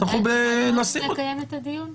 אתם רוצים לקיים את הדיון ב-22?